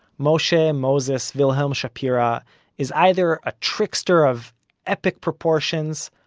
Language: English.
moshe moses wilhelm shapira is either a trickster of epic proportions,